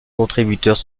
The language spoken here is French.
contributeurs